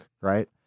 right